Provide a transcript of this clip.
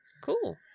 cool